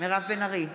מירב בן ארי,